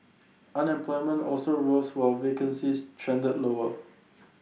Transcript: unemployment also rose while vacancies trended lower